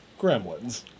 Gremlins